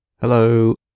hello